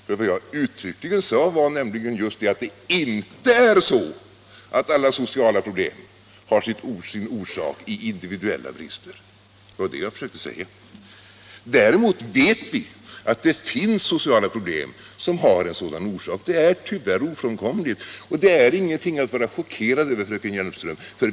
Vad jag uttryckligen sade var nämligen just att det inte är så att alla sociala problem har sin orsak i individuella brister. Det var det jag försökte säga. Däremot vet vi att det finns sociala problem som har en sådan orsak — det är tyvärr ofrånkomligt. Det är ingenting att vara chockerad över, fröken Hjelmström.